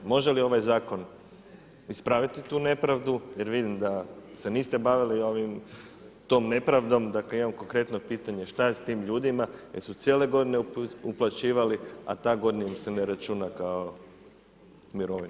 Može li ovaj zakon ispraviti tu nepravdu jer vidim da se niste bavili ovim tom nepravdom, dakle imam konkretno pitanje, šta s tim ljudima jer su cijele godine uplaćivali a ta godina im se ne računa kao mirovina.